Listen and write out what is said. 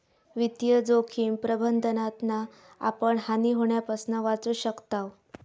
वित्तीय जोखिम प्रबंधनातना आपण हानी होण्यापासना वाचू शकताव